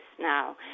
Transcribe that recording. now